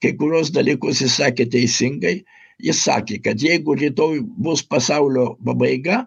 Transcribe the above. kai kuriuos dalykus jis sakė teisingai ji sakė kad jeigu rytoj bus pasaulio pabaiga